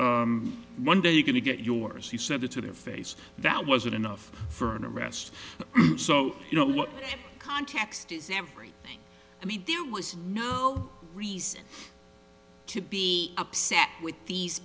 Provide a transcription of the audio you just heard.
one day you're going to get yours he said it to their face that wasn't enough for an arrest so you know what context is everything i mean there was no reason to be upset with these